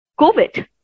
COVID